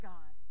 God